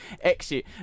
exit